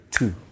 Two